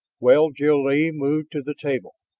well? jil-lee moved to the table.